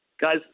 guys